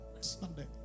Sunday